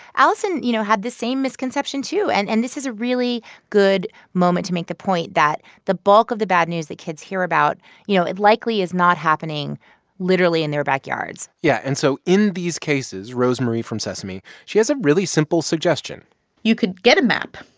alison, you know, had the same misconception, too. and and this is a really good moment to make the point that the bulk of the bad news that kids hear about you know, it likely is not happening literally in their backyards yeah. and so, in these cases, rosemarie from sesame she has a really simple suggestion you could get a map.